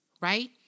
right